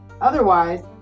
Otherwise